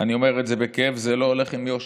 אני אומר את זה בכאב, זה לא הולך עם יושר.